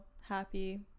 happy